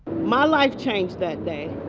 my life changed that day.